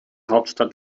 hauptstadt